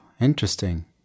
interesting